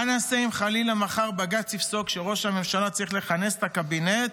מה נעשה אם חלילה מחר בג"ץ יפסוק שראש הממשלה צריך לכנס את הקבינט,